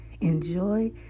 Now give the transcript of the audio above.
Enjoy